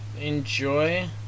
enjoy